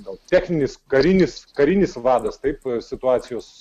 gal techninis karinis karinis vadas taip situacijos